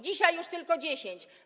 Dzisiaj już tylko 10.